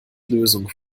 lösung